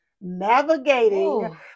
Navigating